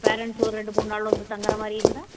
parents ஒரு ரெண்டு மூணு நாள் வந்து தங்கற மாதிரி இருந்தால்